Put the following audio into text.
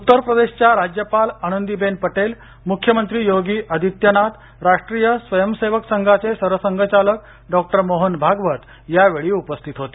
उत्तर प्रदेशच्या राज्यपाल आनंदीबेन पटेल मुख्यमंत्री योगी आदित्यनाथ राष्ट्रीय स्वयंसेवक संघाचे सरसंघचालक डॉक्टर मोहन भागवत यावेळी उपस्थित होते